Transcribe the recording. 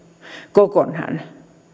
kokonaan